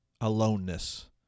aloneness